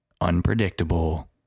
unpredictable